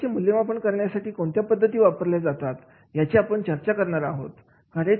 कार्याचे मूल्यमापन करण्यासाठी कोणत्या पद्धती वापरल्या जातात याची आपण चर्चा करणार आहोत